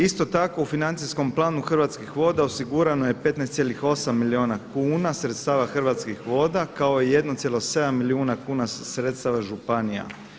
Isto tako u financijskom planu Hrvatskih voda osigurano je 15,8 milijuna kuna sredstava Hrvatskih voda kao i 1,7 milijuna kuna sredstava županija.